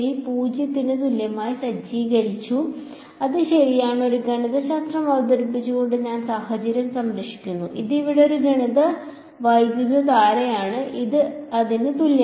0 ന് തുല്യമായി സജ്ജീകരിച്ചു അത് ശരിയാണ് ഒരു ഗണിതശാസ്ത്രം അവതരിപ്പിച്ചുകൊണ്ട് ഞാൻ സാഹചര്യം സംരക്ഷിക്കുന്നു ഇത് ഇവിടെ ഒരു ഗണിത വൈദ്യുതധാരയാണ് അത് ഇതിന് തുല്യമാണ്